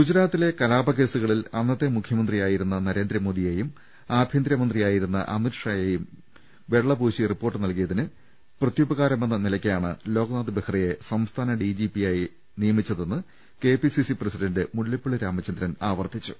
ഗുജറാത്തിലെ കലാപ കേസുകളിൽ അന്നത്തെ മുഖ്യമന്ത്രിയായിരുന്ന നരേന്ദ്രമോദിയെയും ആഭ്യന്തര മന്ത്രിയായിരുന്ന അമിത്ഷായെയും വെള്ളപൂശി റിപ്പോർട്ട് നൽകിയതിന് പ്രത്യുപകാരമെന്ന നില യ്ക്കാണ് ലോകനാഥ് ബെഹ്റയെ സംസ്ഥാന ഡി ജി പിയാക്കിയതെന്ന് K P C C president Mullappally Ramachandran ആവർത്തിച്ചു